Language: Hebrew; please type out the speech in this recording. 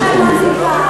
אף אחד לא ציפה.